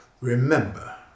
Remember